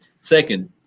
Second